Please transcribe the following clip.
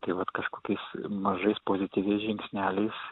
tai vat kažkokiais mažais pozityviais žingsneliais